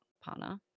partner